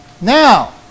Now